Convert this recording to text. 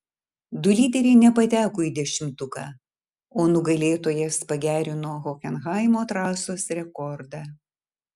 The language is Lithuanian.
du lyderiai nepateko į dešimtuką o nugalėtojas pagerino hokenhaimo trasos rekordą